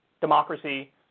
democracy